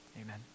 amen